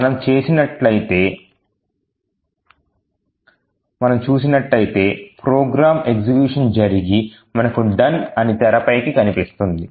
మన చూసినట్టయితే program execution జరిగి మనకు "done" అని తెరపైన కనిపిస్తుంది